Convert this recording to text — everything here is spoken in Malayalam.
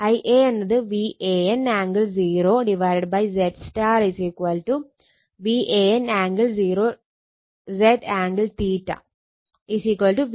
Ia എന്നത് VAN angle 0 ZY VAN angle 0 Zആംഗിൾ